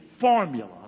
formula